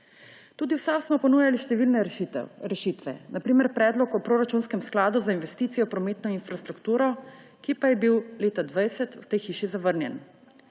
Tudi v SAB smo ponujali številne rešitve. Na primer, predlog o proračunskem skladu za investicije v prometno infrastrukturo, ki pa je bil leta 2020 v tej hiši zavrnjen.